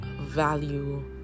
value